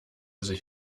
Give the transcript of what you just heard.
sich